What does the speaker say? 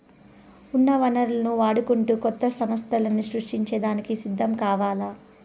ఉన్న వనరులను వాడుకుంటూ కొత్త సమస్థల్ని సృష్టించే దానికి సిద్ధం కావాల్ల